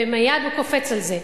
ומייד הוא קופץ על זה.